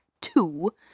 two